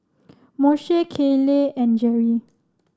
Moshe Kayleigh and Jerry